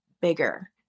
bigger